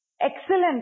Excellent